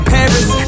Paris